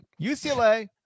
UCLA